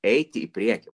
eiti į priekį